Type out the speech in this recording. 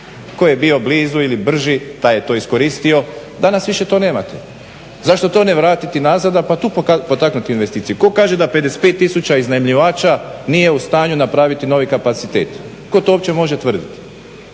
ko je bio blizu ili brži taj je to iskoristio, danas više to nemate. Zašto to ne vratit nazad, i tu potaknuti investiciju, ko kaže da 55 000 iznajmljivača nije u stanju napraviti novi kapacitet, ko to uopće može tvrditi?